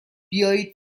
بیایید